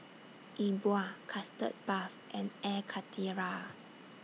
E Bua Custard Puff and Air Karthira